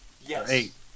Yes